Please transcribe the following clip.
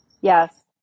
Yes